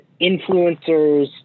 influencers